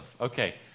Okay